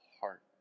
heart